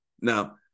now